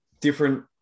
different